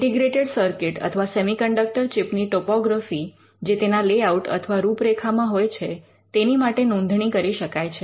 integrated circuit અથવા semiconductor chip ની topography જે તેના લેઆઉટ અથવા રૂપરેખા માં હોય છે તેની માટે નોંધણી કરી શકાય છે